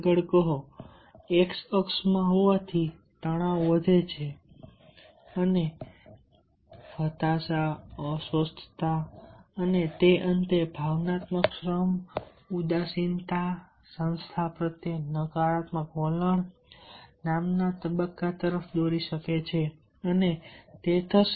આગળ કહો એક્સ અક્ષમાં હોવાથી તણાવ વધે છે અને તેથી હતાશા અસ્વસ્થતા અને તે અંતે ભાવનાત્મક શ્રમ ઉદાસીનતા સંસ્થા પ્રત્યે નકારાત્મક વલણ નામના તબક્કા તરફ દોરી શકે છે અને તે થશે